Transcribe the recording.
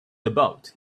about